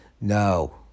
no